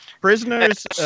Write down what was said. Prisoners